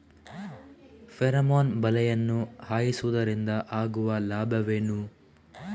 Pheromone ಬಲೆಯನ್ನು ಹಾಯಿಸುವುದರಿಂದ ಆಗುವ ಲಾಭವೇನು?